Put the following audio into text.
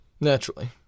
Naturally